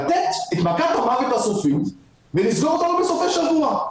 לתת את מכת המוות הסופית ולסגור אותנו בסופי שבוע.